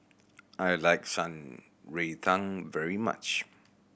I like Shan Rui Tang very much